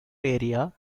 area